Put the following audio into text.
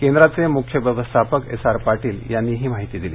केंद्राचे मुख्य व्यवस्थापक एस आर पाटील यांनी ही माहिती दिली